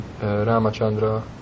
Ramachandra